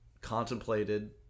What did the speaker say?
contemplated